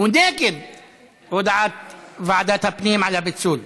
הוא נגד הודעת ועדת הפנים על הפיצול.